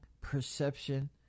perception